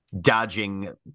Dodging